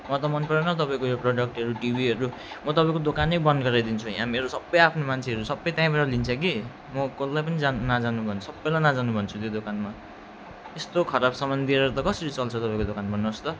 मलाई त मन परेन तपाईँको यो प्रोडक्टहरू टिभीहरू म तपाईँको दोकानै बन्द गराइदिन्छु यहाँ सबै मेरो आफ्नो मान्छेहरू सबै त्यहीँबाट लिन्छ कि म कसलाई पनि जान् नजानु भन्छु सबैलाई नजानु भन्छु त्यो दोकानमा यस्तो खराब सामान दिएर त कसरी चल्छ तपाईँको दोकान भन्नुहोस् त